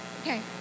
Okay